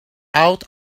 out